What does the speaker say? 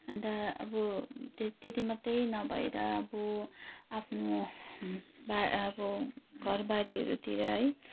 अन्त अब त त्यति मात्र नभएर अब आफ्नो बारी अब घरबारीहरूतिर है